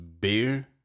beer